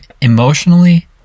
emotionally